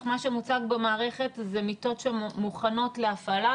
אך מה שמוצג במערכת אלה מיטות שמוכנות להפעלה,